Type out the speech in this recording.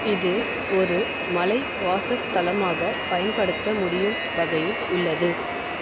இது ஒரு மலை வாசஸ்தலமாகப் பயன்படுத்த முடியும் வகையில் உள்ளது